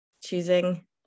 choosing